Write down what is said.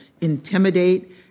intimidate